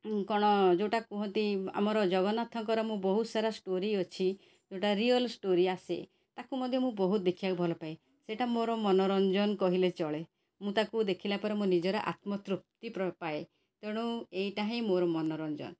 କ'ଣ ଯେଉଁଟା କୁହନ୍ତି ଆମର ଜଗନ୍ନାଥଙ୍କର ମୁଁ ବହୁତ ସାରା ଷ୍ଟୋରି ଅଛି ଯେଉଁଟା ରିୟଲ ଷ୍ଟୋରି ଆସେ ତାକୁ ମଧ୍ୟ ମୁଁ ବହୁତ ଦେଖିବାକୁ ଭଲପାଏ ସେଇଟା ମୋର ମନୋରଞ୍ଜନ କହିଲେ ଚଳେ ମୁଁ ତାକୁ ଦେଖିଲାପରେ ମୋ ନିଜର ଆତ୍ମ ତୃପ୍ତି ପାଏ ତେଣୁ ଏଇଟା ହିଁ ମୋର ମନୋରଞ୍ଜନ